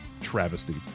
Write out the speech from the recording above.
travesty